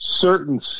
certain